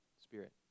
Spirit